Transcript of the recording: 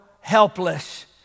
helpless